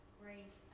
great